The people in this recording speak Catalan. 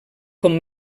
com